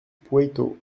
poueyto